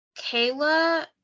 Kayla